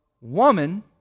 woman